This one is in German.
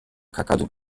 kakadu